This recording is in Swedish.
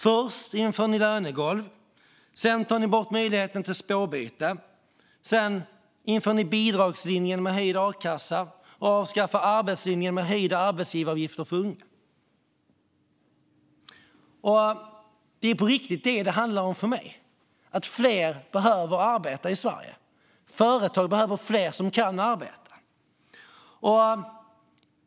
Först inför ni lönegolv, sedan tar ni bort möjligheten till spårbyte och sedan inför ni bidragslinjen med höjd a-kassa och avskaffar arbetslinjen med höjda arbetsgivaravgifter för unga. Det är detta det handlar om, enligt mig - att fler behöver arbeta i Sverige. Företag behöver fler som kan arbeta.